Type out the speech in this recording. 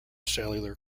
cellular